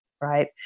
Right